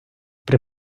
при